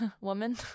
Woman